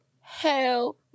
Hell